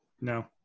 no